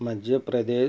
Madhya Pradesh